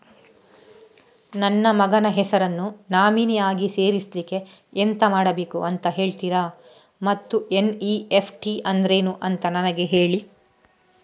ನನ್ನ ಮಗನ ಹೆಸರನ್ನು ನಾಮಿನಿ ಆಗಿ ಸೇರಿಸ್ಲಿಕ್ಕೆ ಎಂತ ಮಾಡಬೇಕು ಅಂತ ಹೇಳ್ತೀರಾ ಮತ್ತು ಎನ್.ಇ.ಎಫ್.ಟಿ ಅಂದ್ರೇನು ಅಂತ ನನಗೆ ಹೇಳಿ